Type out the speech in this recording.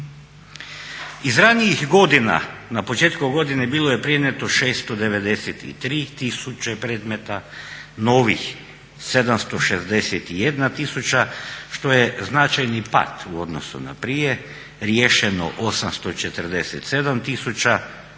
Iz ranijih godina na početku godine bilo je prenijeto 693 000 predmeta, novih 761 000 što je značajni pad u odnosu na prije, riješeno 847 000 što